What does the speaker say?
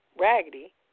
raggedy